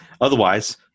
otherwise